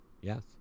yes